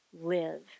live